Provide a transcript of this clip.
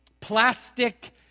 plastic